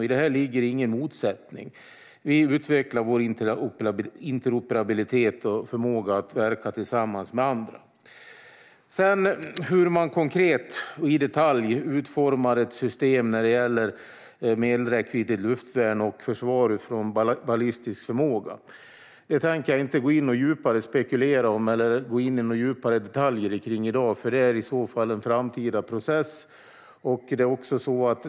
I det ligger ingen motsättning. Vi utvecklar vår interoperabilitet och förmåga att verka tillsammans med andra. Hur man konkret och i detalj utformar ett system när det gäller medelräckviddigt luftvärn och försvar utifrån ballistisk förmåga tänker jag inte djupare spekulera om eller gå in på i djupare detalj i dag. Det är i så fall en framtida process.